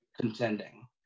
contending